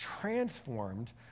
transformed